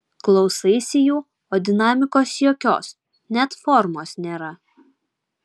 klausaisi jų o dinamikos jokios net formos nėra